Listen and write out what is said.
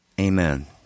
Amen